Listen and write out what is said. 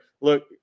look